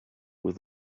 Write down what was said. with